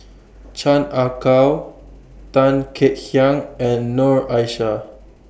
Chan Ah Kow Tan Kek Hiang and Noor Aishah